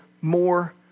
more